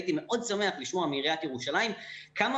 הייתי מאוד שמח לשמוע מעיריית ירושלים כמה